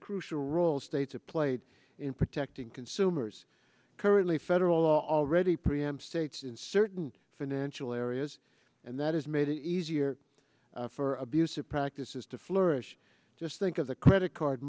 crucial role states of played in protecting consumers currently federal law already preempt states in certain financial areas and that has made it easier for abusive practices to flourish just think of the credit card